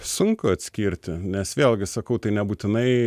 sunku atskirti nes vėlgi sakau tai nebūtinai